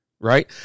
Right